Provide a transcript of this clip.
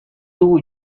dugu